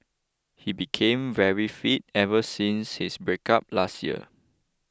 he became very fit ever since his breakup last year